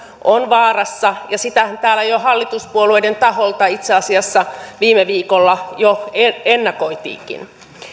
on vaarassa ja sitähän täällä hallituspuolueiden taholta itse asiassa viime viikolla jo ennakoitiinkin